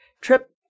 trip